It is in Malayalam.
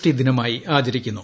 ടി ദിനമായി ആചരിക്കുന്നു